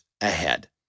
ahead